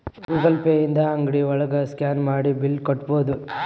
Google Pay ಇಂದ ಅಂಗ್ಡಿ ಒಳಗ ಸ್ಕ್ಯಾನ್ ಮಾಡಿ ಬಿಲ್ ಕಟ್ಬೋದು